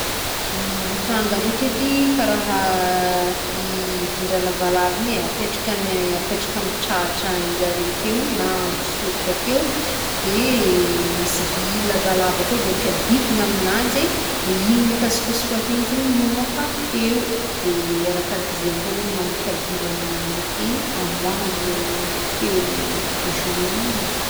Ny lokanga ndraiky edy, karaha i vin-ndraha lavalava igny e, apetraky an, apetraka amy tratranjare akeo na amy soroko akeo, de misy vy lavalava koa i de ampiadivagna amignanjy de igny mikasokoasiko ake igny zegny mamoaka feo de arakaraka zegny koa zegny no ampiadivany agnanjy akeo amoahany anle feo jouena aminganjy.